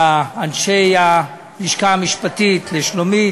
לאנשי הלשכה המשפטית, לשלומית,